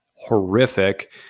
horrific